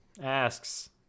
asks